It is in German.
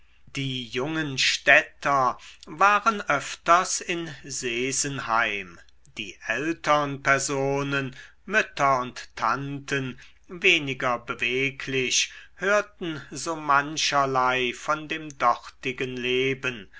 die jungen städter waren öfters in sesenheim die ältern personen mütter und tanten weniger beweglich hörten so mancherlei von dem dortigen leben